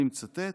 אני מצטט: